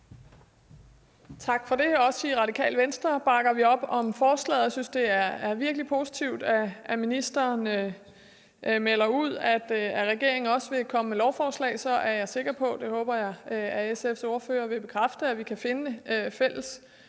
Tak for det. Også i Radikale Venstre bakker vi op om forslaget og synes, det er virkelig positivt, at ministeren melder ud, at regeringen også vil komme med lovforslag, og så er jeg sikker på – det håber jeg at SF's ordfører vil bekræfte – at vi kan finde en fælles